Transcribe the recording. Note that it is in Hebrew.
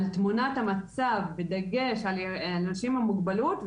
תמונת המצב בדגש על אנשים עם מוגבלות,